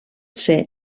ser